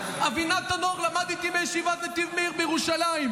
אבינתן אור למד איתי בישיבת נתיב מאיר בירושלים.